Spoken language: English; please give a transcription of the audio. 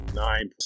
nine